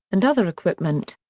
and other equipment.